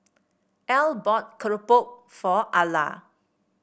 Al bought keropok for Alla